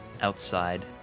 outside